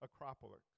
acropolis